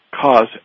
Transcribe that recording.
cause